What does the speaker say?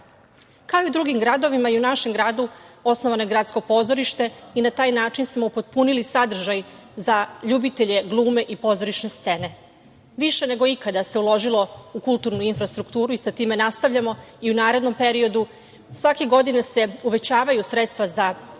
i u drugim gradovima, i u našem gradu osnovano je Gradsko pozorište i na taj način smo upotpunili sadržaj za ljubitelje glume i pozorišne scene. Više nego ikada se uložilo u kulturnu infrastrukturu i sa time nastavljamo i u narednom periodu. Svake godine se uvećavaju sredstva za sektor